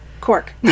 Cork